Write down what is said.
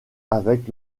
avec